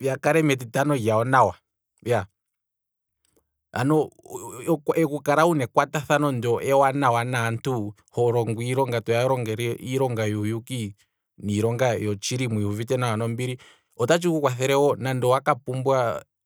ya kale metitano lyawo nawa, ano okukala wuna ekwatathano ndono ewanawa naantu holongo iilonga yuuyuki niilonga yotshili, otatshi ku kwathele wo nande owaka pumbwa